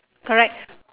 correct